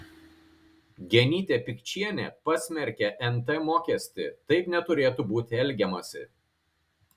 genytė pikčienė pasmerkė nt mokestį taip neturėtų būti elgiamasi